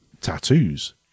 tattoos